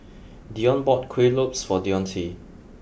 Dionne bought Kuih Lopes for Dionte